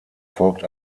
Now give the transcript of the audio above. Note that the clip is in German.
folgt